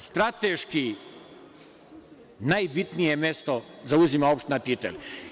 Strateški najbitnije mesto zauzima opština Titel.